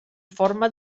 forma